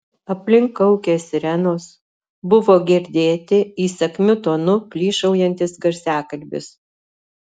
aplink kaukė sirenos buvo girdėti įsakmiu tonu plyšaujantis garsiakalbis